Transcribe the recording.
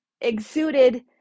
exuded